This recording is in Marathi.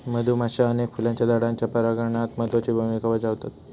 मधुमाश्या अनेक फुलांच्या झाडांच्या परागणात महत्त्वाची भुमिका बजावतत